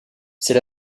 c’est